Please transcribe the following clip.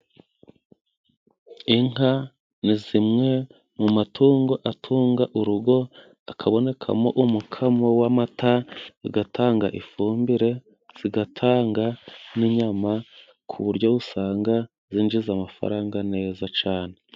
Inka ni zimwe mu matungo atunga urugo, hakabonekamo umukamo w'amata, zigatanga ifumbire, zigatanga n'inyama ku buryo usanga zinjiza amafaranga neza cyane.